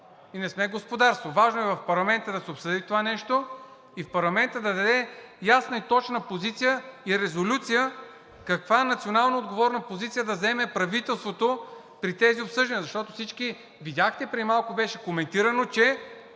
и не сме господарство, важно е в парламента да се обсъди това нещо и парламентът да даде ясна и точна позиция и резолюция каква националноотговорна позиция да заеме правителството при тези обсъждания. Защото всички видяхте, преди малко беше коментирано, че